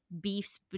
beefs